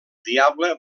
diable